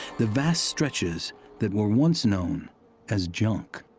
the vast stretches that were once known as junk.